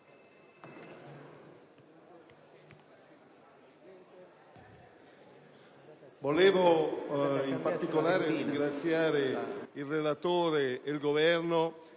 Grazie,